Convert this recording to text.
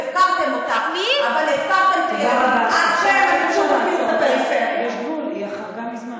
לצערי הרב, עשיתי את זה הרבה מאוד שנים.